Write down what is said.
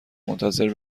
منتظر